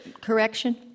Correction